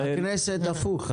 הכנסת הפוך.